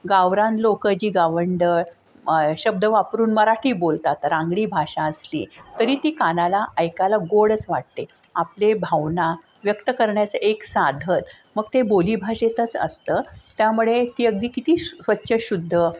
गावरान लोक जी गावंढळ शब्द वापरून मराठी बोलतात रांगडी भाषा असली तरी ती कानाला ऐकायला गोडच वाटते आपले भावना व्यक्त करण्याचं एक साधन मग ते बोलीभाषेतच असतं त्यामुळे ती अगदी किती स्वच्छ शुद्ध